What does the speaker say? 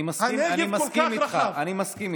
הנגב כל כך רחב, אני מסכים.